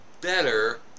better